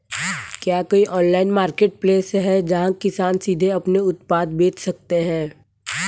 क्या कोई online marketplace है जहाँ किसान सीधे अपने उत्पाद बेच सकते हैं?